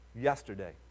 yesterday